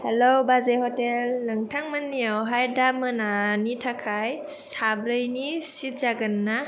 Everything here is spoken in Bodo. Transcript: हेल' बाजै हटेल नोंथांमोननियावहाय दा मोनानि थाखाय साब्रैनि सीट जागोन ना